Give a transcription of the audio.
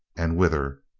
and whither?